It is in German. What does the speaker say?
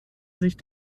sich